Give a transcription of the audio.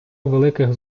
великих